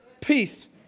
Peace